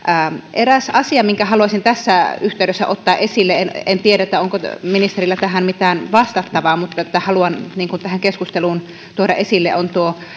eräs asia minkä haluaisin tässä yhteydessä ottaa esille en en tiedä onko ministerillä tähän mitään vastattavaa mutta haluan tähän keskusteluun tuoda esille on